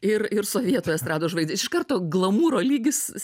ir ir sovietų estrados žvaigždės iš karto glamūro lygis